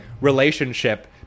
relationship